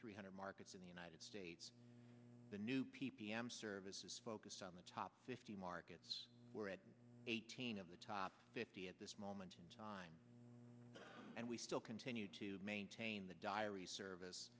three hundred markets in the united states the new p p m service is focused on the top fifty markets we're at eighteen of the top fifty at this moment in time and we still continue to maintain the diary service